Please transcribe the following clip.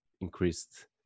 increased